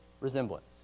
resemblance